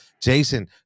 Jason